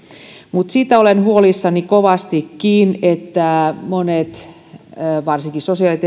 mutta siitä olen huolissani kovastikin että monet amkit varsinkin sosiaali ja